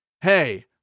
Hey